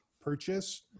purchase